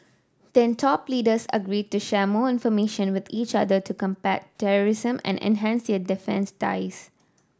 then top leaders agreed to share more information with each other to combat terrorism and enhance their defence ties